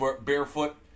barefoot